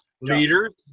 leaders